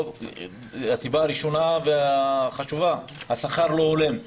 הסיבה הראשונה והחשובה השכר לא הולם.